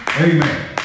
Amen